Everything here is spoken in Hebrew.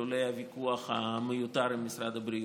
אילולא הוויכוח המיותר עם משרד הבריאות.